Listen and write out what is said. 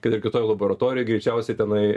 kad ir kitoj laboratorijoj greičiausiai tenai